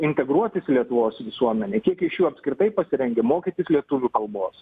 integruotis į lietuvos visuomenę kiek iš jų apskritai pasirengę mokytis lietuvių kalbos